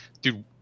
dude